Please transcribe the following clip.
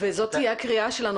וזאת תהיה הקריאה שלנו.